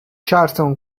charleston